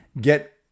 get